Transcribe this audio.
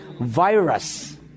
virus